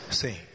sim